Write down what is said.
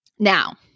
Now